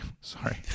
Sorry